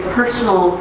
personal